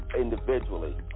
individually